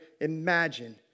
imagine